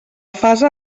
fase